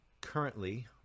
currently